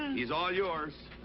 he's all yours.